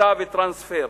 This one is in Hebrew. שליטה וטרנספר.